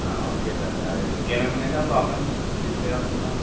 okay sir అది ఇంకేమేమి ఉన్నాయి సార్ ప్రాబ్లమ్స్ డిస్ప్లే కాకుండా మరి